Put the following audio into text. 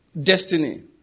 destiny